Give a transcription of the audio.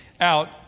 out